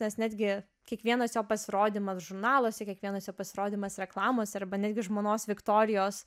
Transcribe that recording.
nes netgi kiekvienas jo pasirodymas žurnaluose kiekvienas jo pasirodymas reklamose arba netgi žmonos viktorijos